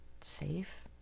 safe